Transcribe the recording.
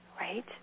right